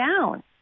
down